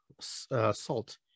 salt